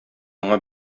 аңа